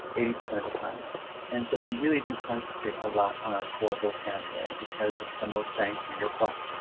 eighty percent of the time and so we really do kind of a ah lot on our core vocabulary because it's the most bang for your buck.